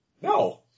No